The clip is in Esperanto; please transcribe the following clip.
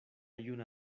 juna